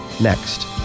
next